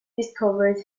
discovered